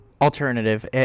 Alternative